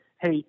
hey